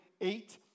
eight